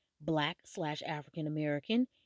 Black-slash-African-American